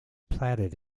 platted